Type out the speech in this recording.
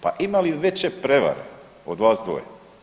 Pa ima li veće prevare od vas dvoje?